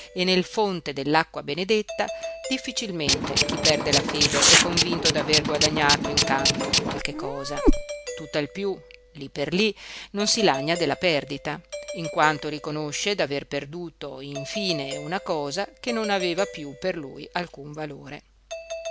e nel fonte dell'acqua benedetta difficilmente chi perde la fede è convinto d'aver guadagnato in cambio qualche cosa tutt'al piú lí per lí non si lagna della perdita in quanto riconosce d'aver perduto in fine una cosa che non aveva piú per lui alcun valore